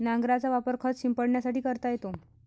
नांगराचा वापर खत शिंपडण्यासाठी करता येतो